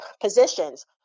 positions